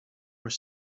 were